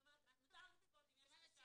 זאת אומרת, מותר לצפות אם יש חשד.